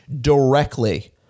directly